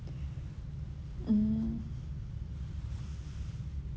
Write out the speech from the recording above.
mm